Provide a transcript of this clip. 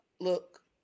look